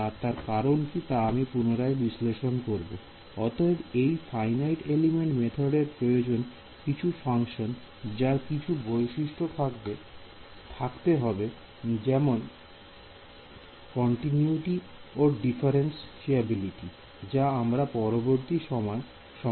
অতএব এই finite element method এর প্রয়োজন কিছু ফাংশন যার কিছু বৈশিষ্ট্য থাকতে হবে যেমন কন্টিনিউটি ও ডিফারেন্স এবিলিটি যা আমরা পরবর্তী সভায় আলোচনা করব